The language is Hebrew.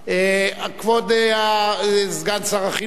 כבוד סגן שר החינוך,